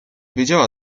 wiedziała